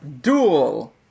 Duel